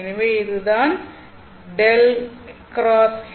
எனவே இது தான் 𝛻× H